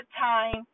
time